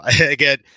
again